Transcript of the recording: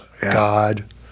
God